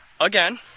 Again